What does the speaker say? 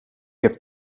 heb